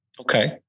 Okay